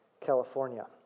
California